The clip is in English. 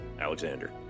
Alexander